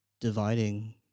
dividing